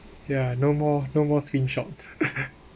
ya no more no more screenshots